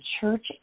church